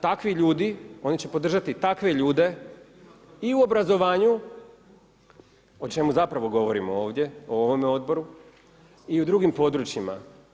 Takvi ljudi, oni će podržati takve ljude i u obrazovanju, o čemu zapravo govorimo ovdje o ovome odboru i u drugim područjima.